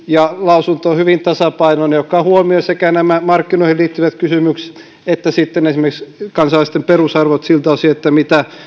ja lausunto on hyvin tasapainoinen ja huomioi sekä nämä markkinoihin liittyvät kysymykset että esimerkiksi kansalaisten perusarvot siltä osin mitä